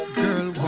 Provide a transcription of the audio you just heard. girl